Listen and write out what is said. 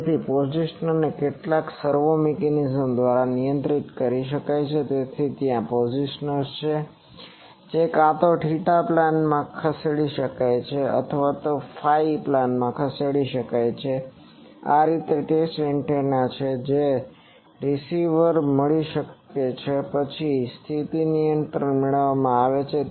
તેથી પોઝિશનરને કેટલાક સર્વો મિકેનિઝમ દ્વારા નિયંત્રિત કરી શકાય છે તેથી ત્યાં પોઝિશનર્સ છે જે કાં તો થીટા પ્લેનમાં ખસેડી શકાય છે અથવા ફાઈ પ્લેનમાં પણ ખસેડી શકાય છે આ તે ટેસ્ટ એન્ટેનામાંથી છે જે તમને રીસીવર મળી રહ્યું છે પછી સ્થિતિ નિયંત્રણ મેળવવામાં આવે છે